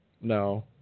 No